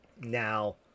Now